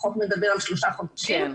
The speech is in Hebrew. החוק מדבר על שלושה חודשים,